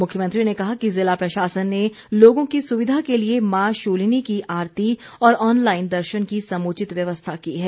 मुख्यमंत्री ने कहा कि जिला प्रशासन ने लोगों की सुविधा के लिए माँ शूलिनी की आरती और ऑनलाईन दर्शन की समुचित व्यवस्था की है